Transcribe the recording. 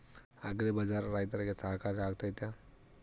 Agri bazaar ರೈತರಿಗೆ ಸಹಕಾರಿ ಆಗ್ತೈತಾ?